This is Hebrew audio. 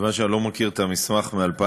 כיוון שאני לא מכיר את המסמך מ-2009,